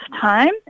time